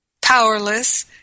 powerless